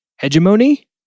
Hegemony